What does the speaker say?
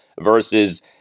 versus